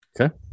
Okay